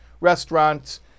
restaurants